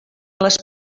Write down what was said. les